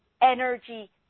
energy